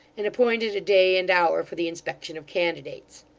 and appointed a day and hour for the inspection of candidates.